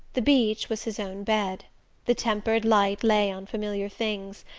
the beach was his own bed the tempered light lay on familiar things,